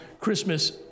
Christmas